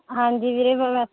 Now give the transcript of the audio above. ਹਾਂਜੀ ਵੀਰੇ